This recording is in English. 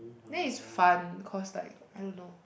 then is fun cause like I don't know